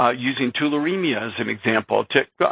ah using tularemia as an example.